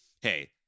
hey